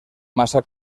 massa